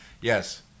Yes